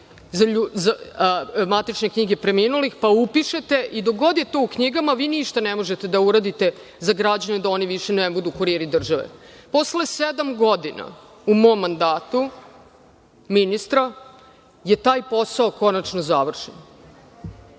se, matične knjige preminulih, pa upišete i dok god je to u knjigama vi ništa ne možete da uradite za građane da oni više ne budu kuriri države. Posle sedam godina, u mom mandatu ministra, taj posao je konačno završen.